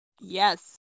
Yes